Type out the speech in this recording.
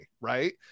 right